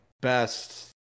best